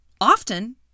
Often